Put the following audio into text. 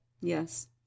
Yes